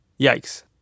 Yikes